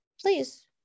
please